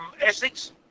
Essex